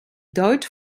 deutsch